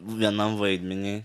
vienam vaidmeniui